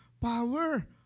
power